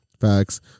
Facts